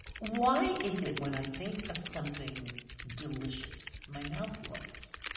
why is it when i think of something delicious, my mouth waters?